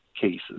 cases